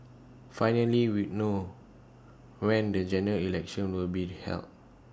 finally we know when the General Election will be held